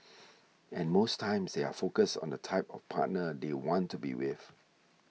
and most times they are focused on the type of partner they want to be with